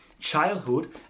childhood